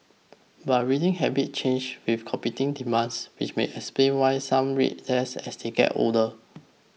but reading habits change with competing demands which may explain why some read less as they get older